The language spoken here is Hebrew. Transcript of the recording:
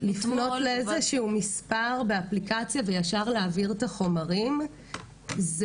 לפנות לאיזה שהוא מספר באפליקציה וישר להעביר את החומרים זה